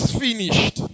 finished